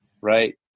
right